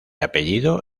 apellido